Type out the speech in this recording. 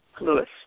Lewis